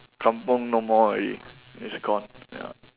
kampung no more already it's gone ya